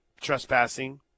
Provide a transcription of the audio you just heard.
trespassing